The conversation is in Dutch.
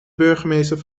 burgemeester